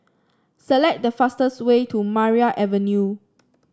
select the fastest way to Maria Avenue